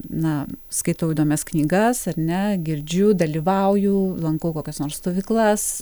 na skaitau įdomias knygas ar ne girdžiu dalyvauju lankau kokias nors stovyklas